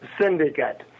Syndicate